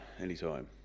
Anytime